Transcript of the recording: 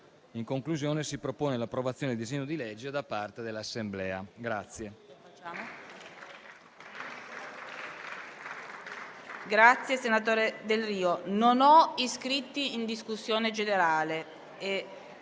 In conclusione, si propone l'approvazione del disegno di legge da parte dell'Assemblea.